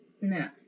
No